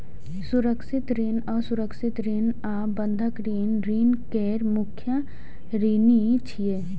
सुरक्षित ऋण, असुरक्षित ऋण आ बंधक ऋण ऋण केर मुख्य श्रेणी छियै